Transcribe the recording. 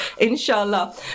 inshallah